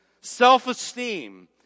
self-esteem